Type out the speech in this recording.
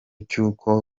cy’uko